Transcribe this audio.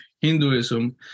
Hinduism